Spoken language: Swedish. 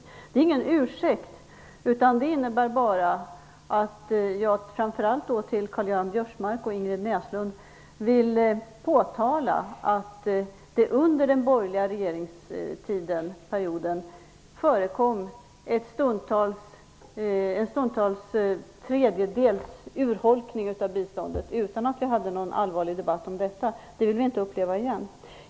Detta är ingen ursäkt, utan det handlar bara om att jag framför allt för Karl-Göran Biörsmark och Ingrid Näslund vill påtala att det under den borgerliga regeringsperioden skedde en tredjedels urholkning av biståndet, utan att vi hade någon allvarlig debatt om detta. Det vill vi inte uppleva igen.